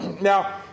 Now